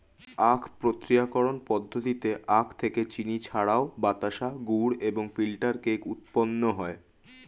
আখ প্রক্রিয়াকরণ পদ্ধতিতে আখ থেকে চিনি ছাড়াও বাতাসা, গুড় এবং ফিল্টার কেক উৎপন্ন হয়